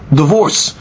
divorce